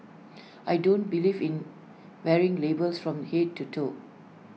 I don't believe in wearing labels from Head to toe